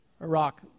Iraq